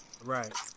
Right